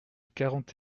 quarante